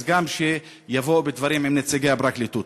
אז גם שיבואו בדברים עם נציגי הפרקליטות.